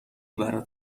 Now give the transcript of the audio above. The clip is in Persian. برات